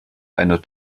einer